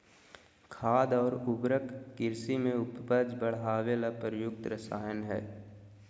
खाद और उर्वरक कृषि में उपज बढ़ावे ले प्रयुक्त रसायन हइ